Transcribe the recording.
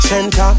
Center